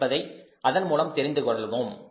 என்பதை அதன் மூலம் தெரிந்து கொள்வோம்